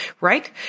right